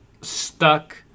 stuck